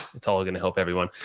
it's all going to help everyone.